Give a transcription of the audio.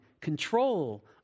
control